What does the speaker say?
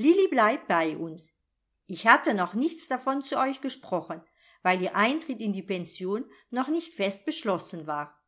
lilli bleibt bei uns ich hatte noch nichts davon zu euch gesprochen weil ihr eintritt in die pension noch nicht fest beschlossen war